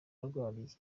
arwariye